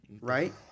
right